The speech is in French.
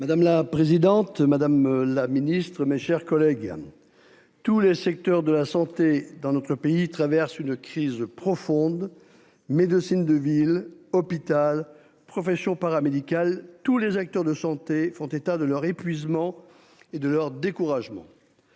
Madame la présidente. Madame la Ministre, mes chers collègues. Tous les secteurs de la santé dans notre pays traverse une crise profonde. Médecine de ville, hôpital profession paramédical tous les acteurs de santé font état de leur épuisement et de leur découragement.